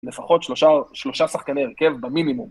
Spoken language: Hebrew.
לפחות שלושה שחקני הרכב במינימום.